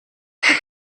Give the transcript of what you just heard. ein